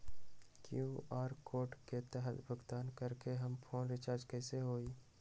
QR code के तहद भुगतान करके हम फोन रिचार्ज कैसे होई?